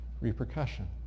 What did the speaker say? repercussion